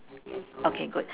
okay good